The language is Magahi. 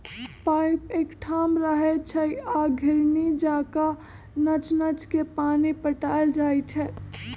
पाइप एकठाम रहै छइ आ घिरणी जका नच नच के पानी पटायल जाइ छै